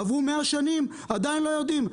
עברו 100 שנים, עדיין לא יודעים.